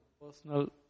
Personal